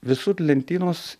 visur lentynos